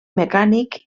mecànic